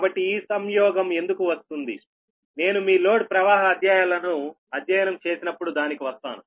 కాబట్టి ఈ సంయోగం ఎందుకు వస్తుంది నేను మీ లోడ్ ప్రవాహ అధ్యయనాలను అధ్యయనం చేసినప్పుడు దానికి వస్తాను